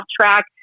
track